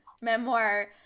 memoir